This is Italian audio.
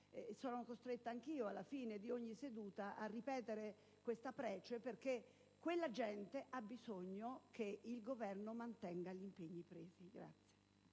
Sono costretta anch'io, alla fine di ogni seduta, a ripetere questa prece, perché quella gente ha bisogno che il Governo mantenga gli impegni presi.